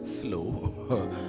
flow